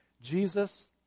Jesus